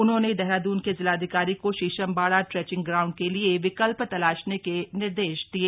उन्होंने देहरादून के जिलाधिकारी को शीशमबाड़ा ट्रेंचिंग ग्राउंड के लिए विकल्प तलाशने के निर्देश दिये